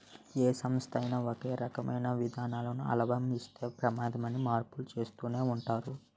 ఏ సంస్థ అయినా సరే ఒకే రకమైన విధానాలను అవలంబిస్తే ప్రమాదమని మార్పులు చేస్తూనే ఉంటున్నారు